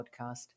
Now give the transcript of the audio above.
podcast